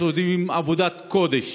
שעושים עבודת קודש.